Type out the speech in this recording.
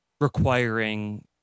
requiring